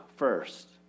first